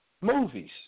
Movies